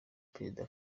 perezida